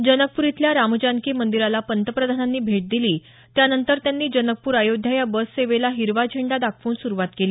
जनकपूर इथल्या रामजानकी मंदिराला पंतप्रधानांनी भेट दिली त्यानंतर त्यांनी जनकपूर आयोध्या या बससेवेला हिरवा झेंडा दाखवून सुरुवात केली